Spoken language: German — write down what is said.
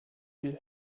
viel